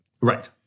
Right